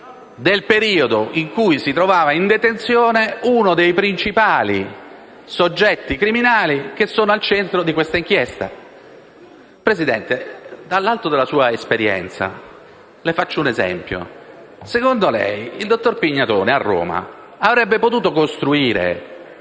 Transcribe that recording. del periodo in cui si trovava in detenzione uno dei principali soggetti criminali al centro di questa inchiesta. Signor Presidente, dall'alto della sua esperienza, le faccio questo esempio. Secondo lei il dottor Pignatone a Roma avrebbe potuto costruire